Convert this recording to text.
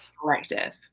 collective